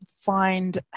find